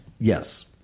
Yes